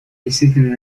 действительно